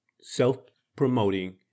Self-promoting